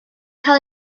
cael